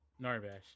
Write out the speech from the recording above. Narbash